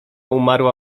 umarła